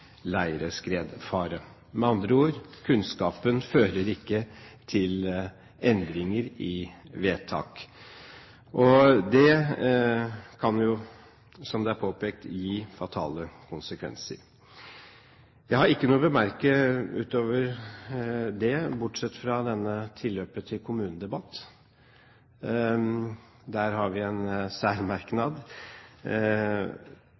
Med andre ord: Kunnskapen fører ikke til endringer i vedtak. Det kan jo, som det er påpekt, få fatale konsekvenser. Jeg har ikke noe å bemerke utover det, bortsatt fra dette tilløpet til kommunedebatt. Der har vi en